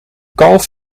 kalf